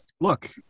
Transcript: Look